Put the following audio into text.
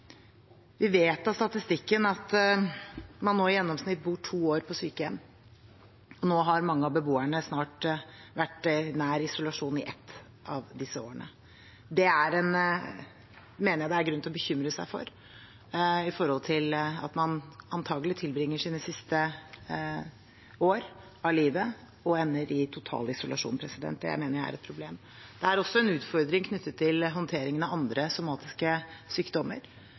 vet vi av statistikken at man nå i gjennomsnitt bor to år på sykehjem. Nå har mange av beboerne vært nær isolasjon i snart ett av disse årene. Jeg mener det er grunn til å bekymre seg for at man antakelig tilbringer sine siste år av livet i total isolasjon. Det mener jeg er et problem. Det er også en utfordring knyttet til håndteringen av andre somatiske sykdommer,